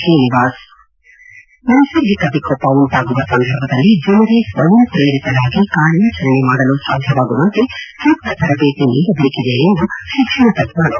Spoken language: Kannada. ಶ್ರೀನಿವಾಸ್ ನೈಸರ್ಗಿಕ ವಿಕೋಪ ಉಂಟಾಗುವ ಸಂದರ್ಭದಲ್ಲಿ ಜನರೇ ಸ್ವಯಂ ಪ್ರೇರಿತರಾಗಿ ಕಾರ್ಯಾಚರಣೆ ಮಾಡಲು ಸಾಧ್ವವಾಗುವಂತೆ ಸೂಕ್ತ ತರದೇತಿ ನೀಡಬೇಕಿದೆ ಎಂದು ಶಿಕ್ಷಣ ತಜ್ಞ ಡಾ